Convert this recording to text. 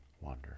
wander